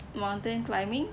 mountain climbing